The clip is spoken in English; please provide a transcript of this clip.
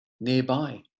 nearby